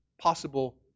possible